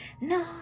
no